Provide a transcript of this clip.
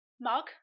mug